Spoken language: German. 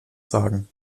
sagen